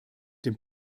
dem